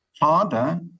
harder